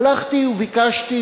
הלכתי וביקשתי